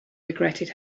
regretted